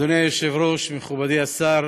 אדוני היושב-ראש, מכובדי השר,